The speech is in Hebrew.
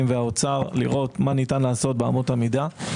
והאוצר לראות מה ניתן לעשות באמות המידה,